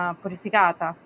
purificata